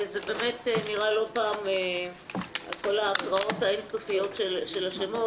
זה באמת נראה לא פשוט ההקראות האין-סופיות של השמות,